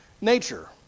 nature